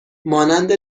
مانند